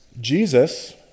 Jesus